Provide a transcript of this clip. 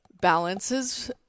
balances